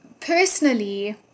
Personally